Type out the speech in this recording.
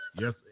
Yes